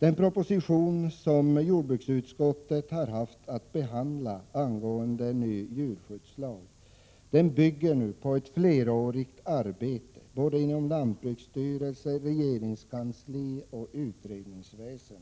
Den proposition som jordbruksutskottet har haft att behandla angående ny djurskyddslag bygger på ett flerårigt arbete inom både lantbruksstyrelse, regeringskansli och utredningsväsende.